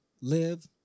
live